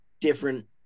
different